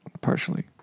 partially